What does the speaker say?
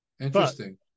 Interesting